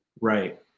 Right